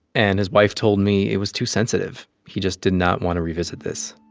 and his wife told me it was too sensitive. he just did not want to revisit this